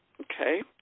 Okay